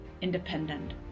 independent